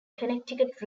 connecticut